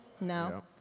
No